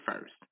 first